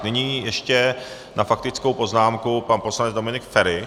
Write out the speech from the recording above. Nyní ještě na faktickou poznámku pan poslanec Dominik Feri.